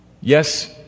Yes